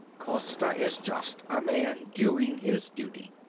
costa is just a man doing his duty.